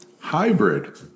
hybrid